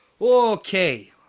Okay